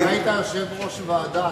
אם היית יושב-ראש ועדה,